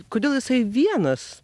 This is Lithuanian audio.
kodėl jisai vienas